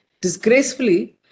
Disgracefully